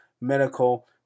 medical